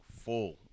full